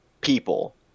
people